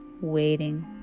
waiting